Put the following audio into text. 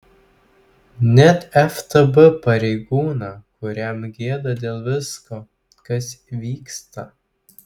net ftb pareigūną kuriam gėda dėl visko kas vyksta